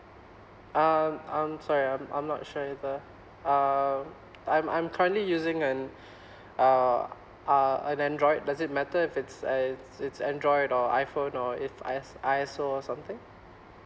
um I'm sorry I'm I'm not sure either uh I'm I'm currently using an uh uh an android does it matter if it's a it's android or iphone or if I I_S_O or something